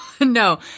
No